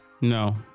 No